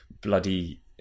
bloody